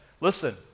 listen